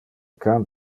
can